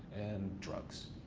and drugs.